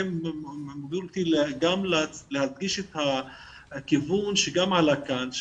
זה מוביל אותי גם להדגיש את הכיוון שגם עלה כאן,